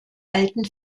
alten